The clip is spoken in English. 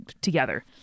together